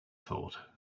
thought